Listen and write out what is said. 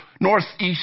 Northeast